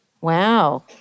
Wow